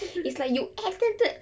it's like you accidental